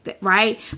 right